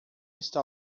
está